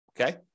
Okay